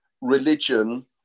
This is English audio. religion